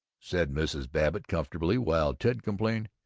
said mrs. babbitt comfortably, while ted complained